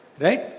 right